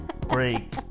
break